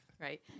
right